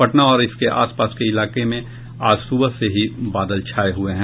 पटना और इसके आस पास के इलाकों में आज सुबह से ही बादल छाये हुये हैं